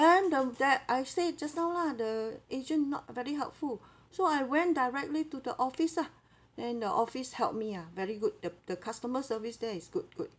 then um that I say just now lah the agent not very helpful so I went directly to the office ah then the office helped me ah very good the the customer service there is good good